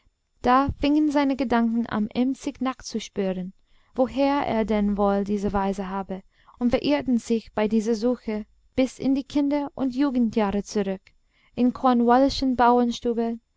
da fingen seine gedanken an emsig nachzuspüren woher er denn wohl diese weise habe und verirrten sich bei dieser suche bis in die kinder und jugendjahre zurück in